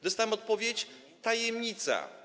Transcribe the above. Dostałem odpowiedź: tajemnica.